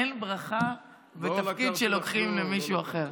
אין ברכה בתפקיד שלוקחים למישהו אחר.